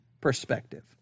perspective